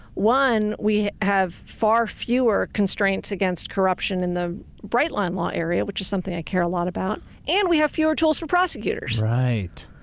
one, we have far fewer constraints against corruption in the bright line law area which is something i care a lot about. and we have fewer tools for prosecutors. right.